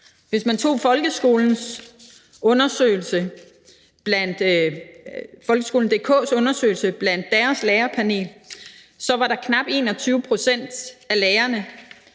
Hvis man tog folkeskolen.dk's undersøgelse blandt deres lærerpanel, var der her knap 21 pct. af lærerne,